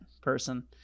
person